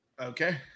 okay